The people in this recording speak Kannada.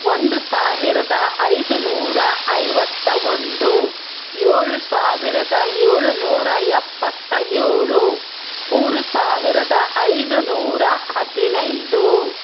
ಒಂದು ಸಾವಿರದ ಐದು ನೂರ ಐವತ್ತ ಒಂದು ಏಳು ಸಾವಿರದ ಏಳು ನೂರ ಎಪ್ಪತ್ತ ಏಳು ಮೂರು ಸಾವಿರದ ಐದು ನೂರ ಹದಿನೈದು